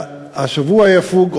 השבוע יפוג,